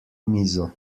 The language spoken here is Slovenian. mizo